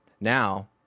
now